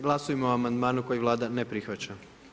Glasujmo o amandmanu kojeg vlada ne prihvaća.